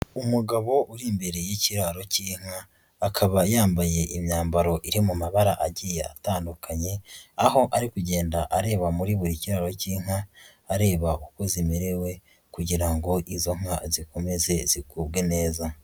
Umugabo uri imbere y'ikiraro cy'inka, akaba yambaye imyambaro iri mu mabara agiye atandukanye aho ari kugenda areba muri buri kiraro cy'inka areba uko zimerewe kugira ngo izo nka zikomeze zigubwe neza.